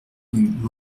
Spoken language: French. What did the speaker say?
rue